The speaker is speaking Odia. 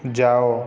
ଯାଅ